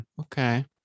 okay